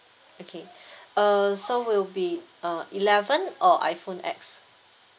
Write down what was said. okay err so will be uh eleven or iphone X